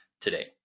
today